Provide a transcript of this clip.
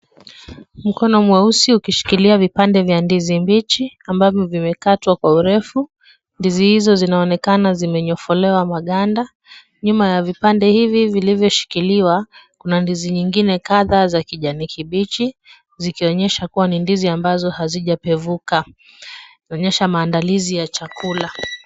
Mkono mweusi ukishikilia vipande vya ndizi mbichi ambavyo vimekatwa kwa urefu. Ndizi hizo zinaonekana zimenyofolewa maganda. Nyuma ya vipande hivi, vilivyoshikiliwa kuna ndizi nyingine kadhaa za kijani kibichi. Zikionyesha kuwa ni ndizi ambazo hazijapevuka, inaonyesha maandalizi ya chakula.